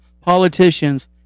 politicians